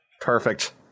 Perfect